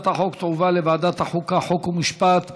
לוועדת החוקה, חוק ומשפט נתקבלה.